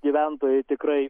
gyventojai tikrai